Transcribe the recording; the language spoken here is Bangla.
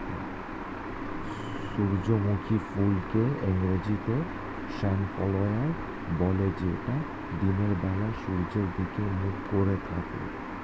সূর্যমুখী ফুলকে ইংরেজিতে সানফ্লাওয়ার বলে যেটা দিনের বেলা সূর্যের দিকে মুখ করে থাকে